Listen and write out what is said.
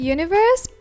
Universe